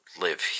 live